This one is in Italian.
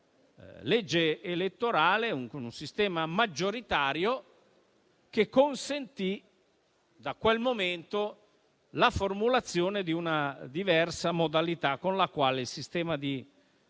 legge elettorale con un sistema maggioritario. Tale sistema consentì da quel momento la formulazione di una diversa modalità con la quale il sistema